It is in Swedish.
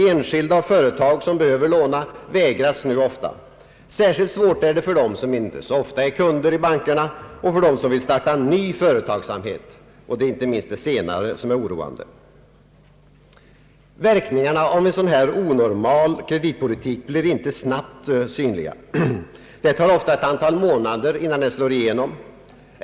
Enskilda och företag, som behöver låna, vägras nu ofta. Särskilt svårt är det för dem som inte så ofta är kunder i bankerna och för dem som vill starta ny företagsamhet, och det är inte minst det senare som är oroande. Verkningarna av en sådan här onormal kreditåtstramning blir inte snabbt synliga. Det kan ofta ta månader innan de slår igenom.